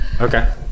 Okay